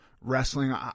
wrestling